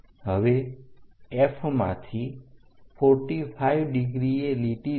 હવે F માંથી 45° એ લીટી દોરો